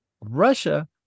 Russia